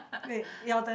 wait your turn